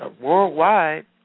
worldwide